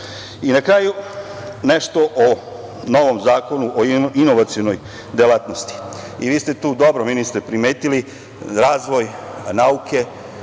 kraju nešto o novom Zakonu o inovacionoj delatnosti. Vi ste tu dobro, ministre, primetili, razvoj nauke,